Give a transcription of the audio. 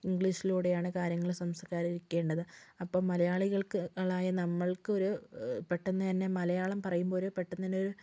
ഇംഗ്ലീഷിലൂടെയാണ് കാര്യങ്ങൾ സംസാരിക്കേണ്ടത് അപ്പം മലയാളികൾക്ക് കളായ നമ്മൾക്കൊരു പെട്ടെന്ന് തന്നെ മലയാളം പറയുമ്പോളൊരു പെട്ടെന്നുതന്നെയൊരു